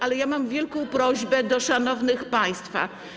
Ale mam wielką prośbę do szanownych państwa.